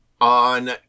on